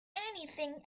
anything